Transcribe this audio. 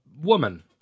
woman